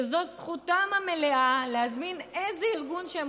שזו זכותם המלאה להזמין איזה ארגון שהם